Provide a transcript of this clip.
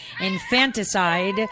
infanticide